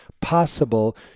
possible